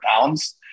pounds